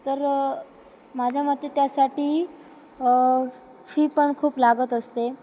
तर माझ्या मते त्यासाठी फी पण खूप लागत असते